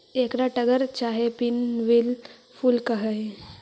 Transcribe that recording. एकरा टगर चाहे पिन व्हील फूल कह हियई